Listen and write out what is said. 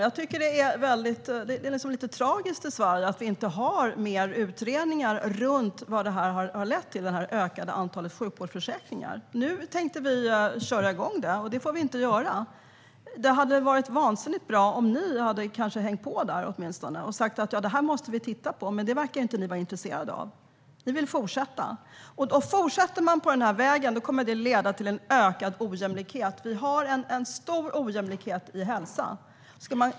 Jag tycker att det är lite tragiskt att vi inte har fler utredningar av vad det ökade antalet privata sjukförsäkringar i Sverige har lett till. Nu tänkte vi köra igång en, men det får vi inte göra. Det hade varit vansinnigt bra om ni åtminstone hade hängt på där och sagt: Ja, det här måste vi titta på. Men det verkar ni inte vara intresserade av. Ni vill fortsätta. Fortsätter man på den här vägen kommer det att leta till ökad ojämlikhet. Vi har stor ojämlikhet i hälsa.